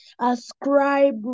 ascribe